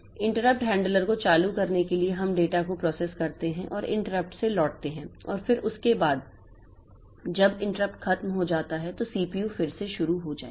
interrupt handler को चालू करने के लिए हम डेटा को प्रोसेस करते हैं और इंटरप्ट से लौटते हैं और फिर उसके बाद जब इंटरप्ट खत्म हो जाता है तो सीपीयू फिर से शुरू हो जाएगा